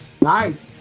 Nice